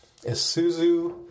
Isuzu